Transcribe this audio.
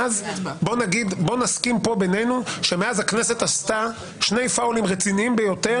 בוא נסכים בינינו שמאז הכנסת עשתה שני פאוולים רציניים ביותר.